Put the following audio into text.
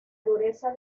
dureza